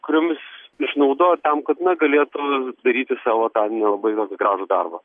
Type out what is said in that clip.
kuriomis išnaudot tam kad na galėtų daryti savo tą nelabai vat gražų darbą